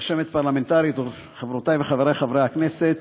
רשמת פרלמנטרית, חברותי וחברי חברי הכנסת,